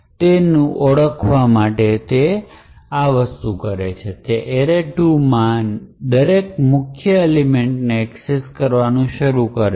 તે ઓળખવા તે આ માટે કરે છે તે array2 માં ના દરેક મુખ્ય એલિમેંટને એક્સેસ કરવાનું શરૂ કરે છે